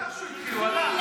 בטח שהוא התחיל, הוא עלה.